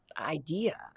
idea